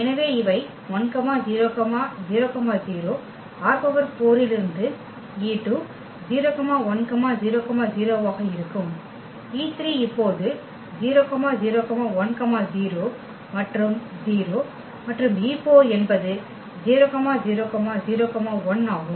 எனவே இவை 1 0 0 0 ℝ4 இலிருந்து e2 0 1 0 0 ஆக இருக்கும் e3 இப்போது 0 0 1 0 மற்றும் 0 மற்றும் e4 என்பது 0 0 0 1 ஆகும்